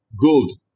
gold